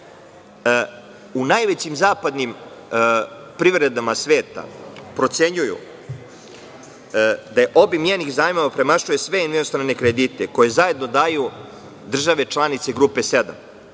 najvećim zapadnim privredama sveta procenjuju da obim njenih zajmova premašuje sve inostrane kredite koji zajedno daju države članice Grupe 7